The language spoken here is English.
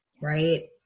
right